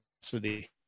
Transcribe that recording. capacity